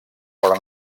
però